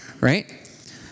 right